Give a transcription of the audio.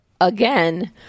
again